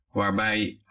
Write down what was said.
Waarbij